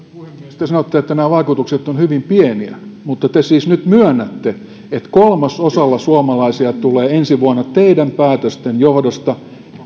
puhemies te sanotte että nämä vaikutukset ovat hyvin pieniä mutta te siis nyt myönnätte että kolmasosalla suomalaisista tulee ensi vuonna teidän päätöstenne johdosta